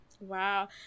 Wow